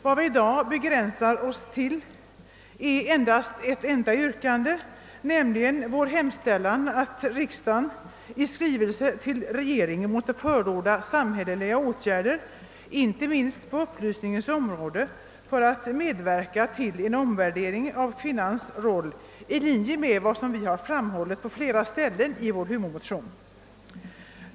Vad vi i dag begränsar oss till är ett enda yrkande, nämligen vår hemställan att riksdagen i skrivelse till regeringen måtte förorda samhälleliga åtgärder, inte minst på upplysningens område, för att medverka till en omvärdering av kvinnans roll i linje med vad vi framhållit på flera ställen i vår huvudmotion.